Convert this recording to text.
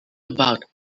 about